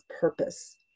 purpose